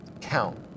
count